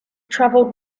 traveled